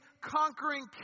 conquering